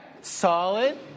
Solid